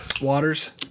waters